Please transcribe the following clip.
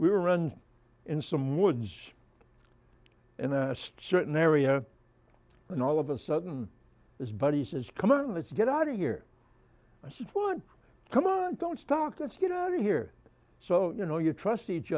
we were run in some woods in a certain area and all of a sudden his buddy says come on let's get out of here i want to come on don't start to get out of here so you know you trust each